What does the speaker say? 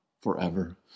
forever